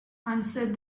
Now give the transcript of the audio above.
answered